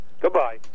Goodbye